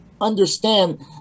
understand